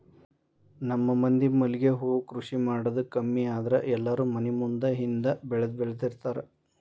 ನಮ್ಮ ಮಂದಿ ಮಲ್ಲಿಗೆ ಹೂ ಕೃಷಿ ಮಾಡುದ ಕಮ್ಮಿ ಆದ್ರ ಎಲ್ಲಾರೂ ಮನಿ ಮುಂದ ಹಿಂದ ಬೆಳ್ದಬೆಳ್ದಿರ್ತಾರ